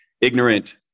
ignorant